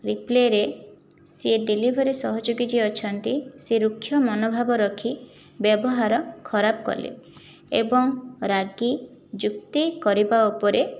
ରିପ୍ଲାଇରେ ସେ ଡେଲିଭରି ସହଯୋଗୀ ଯିଏ ଅଛନ୍ତି ସେ ରୁକ୍ଷ ମନୋଭାବ ରଖି ବ୍ୟବହାର ଖରାପ କଲେ ଏବଂ ରାଗି ଯୁକ୍ତି କରିବା ଉପରେ